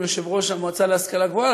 גם יושב-ראש המועצה להשכלה גבוהה,